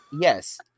yes